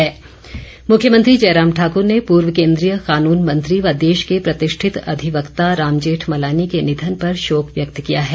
शोक मुख्यमंत्री जयराम ठाकुर ने पूर्व कोन्द्रीय कानून मंत्री व देश के प्रतिष्ठित अधिवक्ता राम जेठमलानी के निधन पर शोक व्यक्त किया है